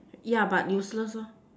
yeah but useless lor